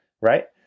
Right